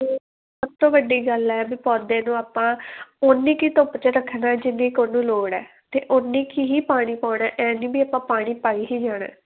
ਅਤੇ ਸਭ ਤੋਂ ਵੱਡੀ ਗੱਲ ਹੈ ਵੀ ਪੌਦੇ ਤੋਂ ਆਪਾਂ ਓਨੀ ਕੀ ਧੁੱਪ 'ਚ ਰੱਖਣਾ ਜਿੰਨੀ ਕੁ ਉਹਨੂੰ ਲੋੜ ਹੈ ਅਤੇ ਓਨੀ ਕ ਹੀ ਪਾਣੀ ਪਾਉਣਾ ਐਂ ਨਹੀਂ ਵੀ ਆਪਾਂ ਪਾਣੀ ਪਾਈ ਹੀ ਜਾਣਾ